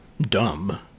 dumb